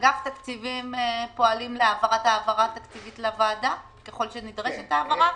אגף תקציבים פועלים להעברת העברה תקציבית לוועדה ככל שנדרשת העברה?